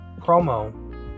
Promo